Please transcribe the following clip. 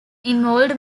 involves